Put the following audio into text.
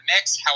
mix